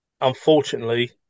unfortunately